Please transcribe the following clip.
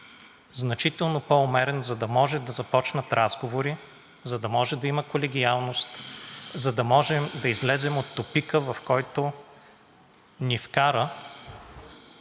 значително по-умерен, за да започнат разговори, за да може да има колегиалност, за да излезем от тупика, в който ни вкара,